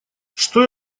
что